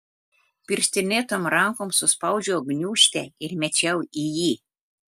pirštinėtom rankom suspaudžiau gniūžtę ir mečiau į jį